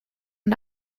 und